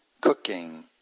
cooking